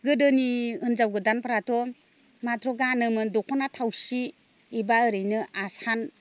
गोदोनि हिन्जाव गोदानफ्राथ' माथ्र' गानोमोन दखना थावसि एबा ओरैनो आसान